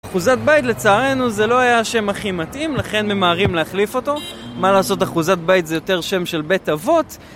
אחוזת בית לצערנו זה לא היה השם הכי מתאים, לכן ממהרים להחליף אותו. מה לעשות, אחוזת בית זה יותר שם של בית אבות.